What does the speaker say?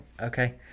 okay